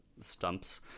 stumps